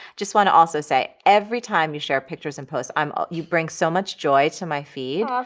just want to also say, every time you share pictures and posts um ah you bring so much joy to my feed. aw,